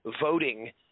voting